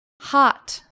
hot